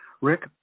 Rick